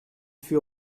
fut